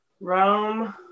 Rome